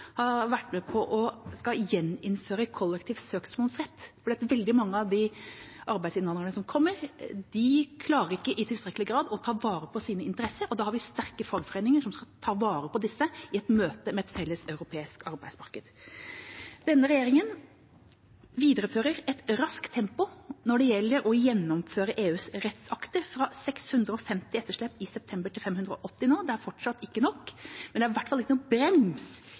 har vært med på at man skal gjeninnføre kollektiv søksmålsrett. Veldig mange av de arbeidsinnvandrerne som kommer, klarer ikke i tilstrekkelig grad å ta vare på sine interesser, og da har vi sterke fagforeninger som skal ta vare på disse i møte med et felles europeisk arbeidsmarked. Denne regjeringa viderefører et raskt tempo når det gjelder å gjennomføre EUs rettsakter, fra 650 etterslep i september til 580 nå. Det er fortsatt ikke nok, men det er i hvert fall ikke noen brems